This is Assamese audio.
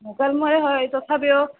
মোকালমোৱাৰে হয় তথাপিও